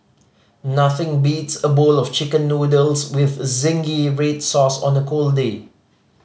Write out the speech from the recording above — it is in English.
nothing beats a bowl of Chicken Noodles with zingy red sauce on a cold day